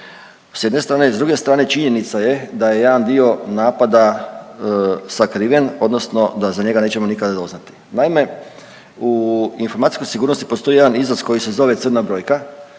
s jedne strane. S druge strane, činjenica je da je jedan dio napada sakriven, odnosno da za njega nećemo nikada doznati. Naime, u informacijskoj sigurnosti postoji jedan izraz koji se zove crna brojka.